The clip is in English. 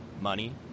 Money